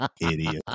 idiot